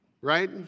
right